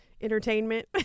entertainment